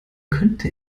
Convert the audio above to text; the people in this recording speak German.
könnte